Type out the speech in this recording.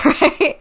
right